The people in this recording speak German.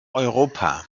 europa